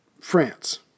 France